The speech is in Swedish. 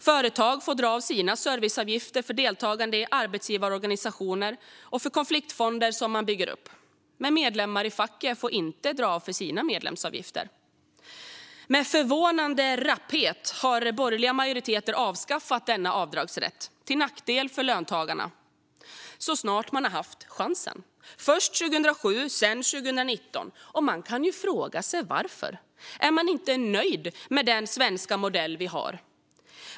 Företag får dra av sina serviceavgifter för deltagande i arbetsgivarorganisationer och för konfliktfonder som de bygger upp. Medlemmar i facket får dock inte dra av för sina medlemsavgifter. Med förvånande rapphet har borgerliga majoriteter avskaffat denna avdragsrätt, till nackdel för löntagarna, så snart de har haft chansen, först 2007 och sedan 2019. Man kan fråga sig varför. Är man inte nöjd med den svenska modellen?